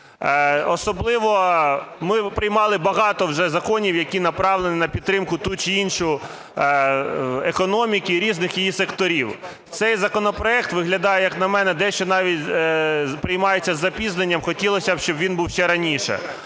пандемії. Ми приймали багато вже законів, які направлені на підтримку ту чи іншу економіки і різних її секторів. Цей законопроект виглядає, як на мене, дещо приймається із запізненням. Хотілося, щоб він був ще раніше.